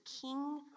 king